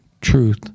truth